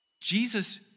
Jesus